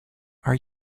are